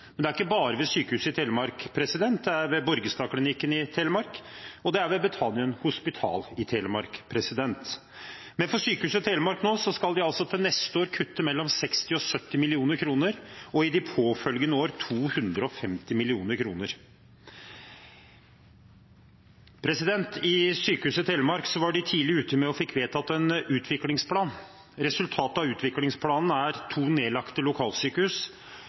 Men det er ikke bare ved Sykehuset Telemark, det er ved Borgestadklinikken i Telemark, og det er ved Betanien Hospital i Telemark. Men i Sykehuset Telemark skal de altså til neste år kutte mellom 60 og 70 mill. kr, og i de påfølgende år 250 mill. kr. I Sykehuset Telemark var de tidlig ute med å få vedtatt en utviklingsplan. Resultatet av utviklingsplanen er to nedlagte lokalsykehus,